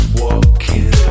walking